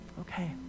Okay